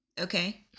okay